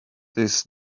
this